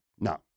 No